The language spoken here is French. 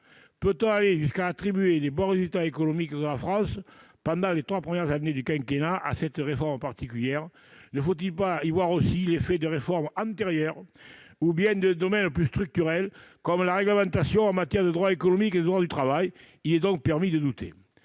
peut-on aller jusqu'à attribuer les bons résultats économiques de la France pendant les trois premières années du quinquennat à cette réforme particulière ? Ne faut-il pas y voir aussi l'effet de réformes antérieures ou intervenues dans des domaines plus structurels, comme la réglementation en matière de droit économique et de droit du travail ? Le doute est permis. Depuis